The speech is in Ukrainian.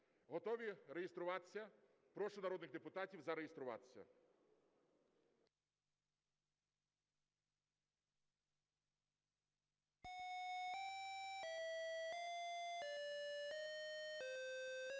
Готові реєструватися? Прошу народних депутатів зареєструватися.